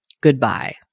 Goodbye